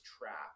trap